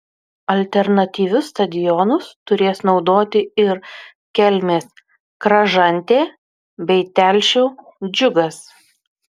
alternatyvius stadionus turės naudoti ir kelmės kražantė bei telšių džiugas